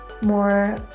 more